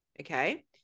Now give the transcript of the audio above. Okay